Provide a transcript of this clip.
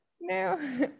no